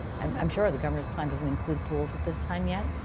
i'm i'm sure the governor's plan doesn't include pools at this time yet.